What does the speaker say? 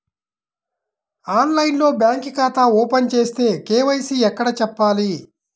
ఆన్లైన్లో బ్యాంకు ఖాతా ఓపెన్ చేస్తే, కే.వై.సి ఎక్కడ చెప్పాలి?